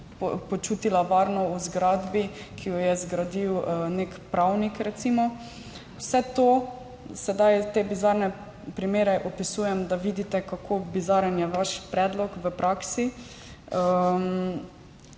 počutila varno v zgradbi, ki jo je zgradil nek pravnik, recimo. Vse to, sedaj te bizarne primere opisujem, da vidite, kako bizaren je vaš predlog v praksi.